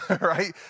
right